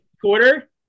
quarter